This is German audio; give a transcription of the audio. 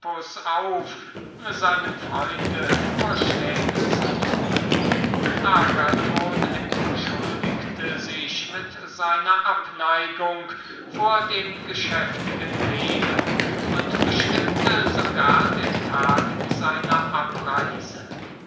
dem agathon vorschläge zu tun agathon entschuldigte sich mit seiner abneigung vor dem geschäftigen leben und bestimmte den tag seiner abreise